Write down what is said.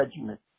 judgment